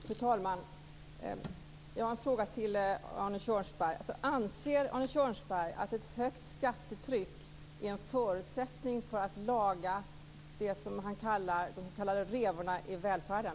Fru talman! Jag har en fråga till Arne Kjörnsberg. Anser Arne Kjörnsberg att ett högt skattetryck är en förutsättning för att laga det han kallar revorna i välfärden?